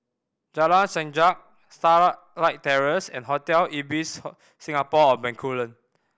Jalan Sajak Starlight Terrace and Hotel Ibis Singapore On Bencoolen